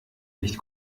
nicht